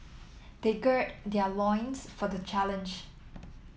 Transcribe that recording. they gird their loins for the challenge